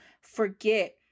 forget